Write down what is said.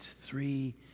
three